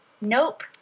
Nope